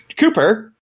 Cooper